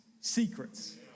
secrets